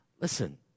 Listen